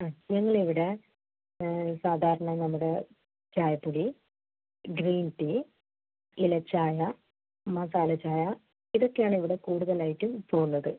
ആ ഞങ്ങളിവിടെ സാധാരണ നമ്മുടെ ചായപ്പൊടി ഗ്രീൻ ടീ ഇല ചായ മസാല ചായ ഇതൊക്കെയാണ് ഇവിടെ കൂടുതലായിട്ടും പോകുന്നത്